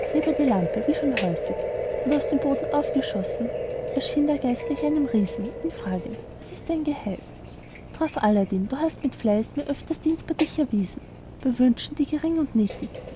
die lampe wie schon häufig und aus dem boden aufgeschossen erschien der geist gleich einem riesen ihn fragend was ist dein geheiß drauf aladdin du hast mit fleiß mir öfters dienstbar dich erwiesen bei wünschen die gering und nichtig